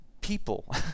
people